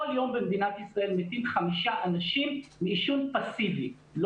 כל יום במדינת ישראל מתים חמישה אנשים לא מעישון אקטיבי,